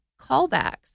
callbacks